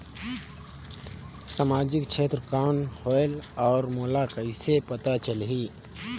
समाजिक क्षेत्र कौन होएल? और मोला कइसे पता चलही?